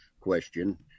question